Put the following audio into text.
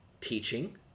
Teaching